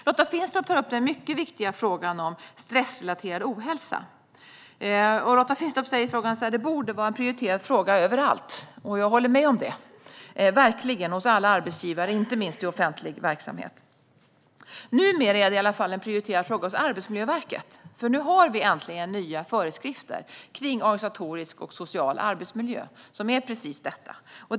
Lotta Finstorp tar upp den mycket viktiga frågan om stressrelaterad ohälsa. Hon säger att det borde vara en prioriterad fråga överallt, och det håller jag verkligen med om - hos alla arbetsgivare, inte minst i offentlig verksamhet. Numera är det i alla fall en prioriterad fråga hos Arbetsmiljöverket, för vi har äntligen nya föreskrifter om organisatorisk och social arbetsmiljö, vilket är precis vad det handlar om.